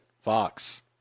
Fox